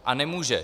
A nemůže.